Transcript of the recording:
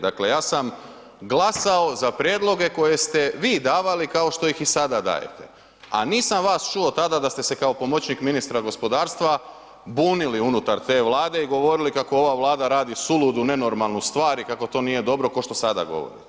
Dakle, ja sam glasao za prijedloge koje ste vi davali kao što ih sada dajete, a nisam vas čuo tada da ste se kao pomoćnik ministra gospodarstva bunili unutar te vlade i govorili kako ova vlada suludu nenormalnu stvar i kako to nije dobro ko što sada govorite.